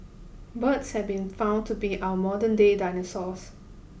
birds have been found to be our modernday dinosaurs